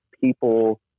People